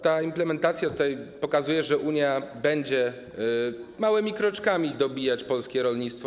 Ta implementacja pokazuje, że Unia będzie małymi kroczkami dobijać polskie rolnictwo.